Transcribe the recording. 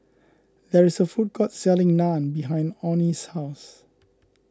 there is a food court selling Naan behind Onie's house